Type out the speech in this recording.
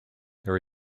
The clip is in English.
there